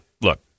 look